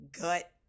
gut